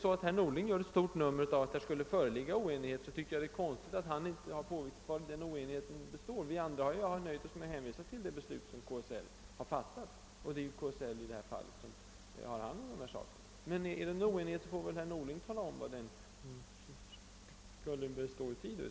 Om nu herr Norling gör ett stort nummer av att det skulle föreligga oenighet, tycker jag att det är underligt att han inte påvisat vari denna oenighet består. Vi andra har nöjt oss med att hänvisa till det beslut som KSL fattat, och det är ju KSL som har hand om dessa frågor. Men är det en oenighet får väl herr Norling tala om vari den består.